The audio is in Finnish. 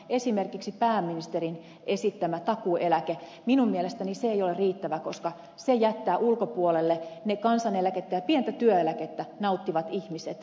esimerkiksi pääministerin esittämä takuueläke minun mielestäni ei ole riittävä koska se jättää ulkopuolelle kansaneläkettä ja pientä työeläkettä nauttivat ihmiset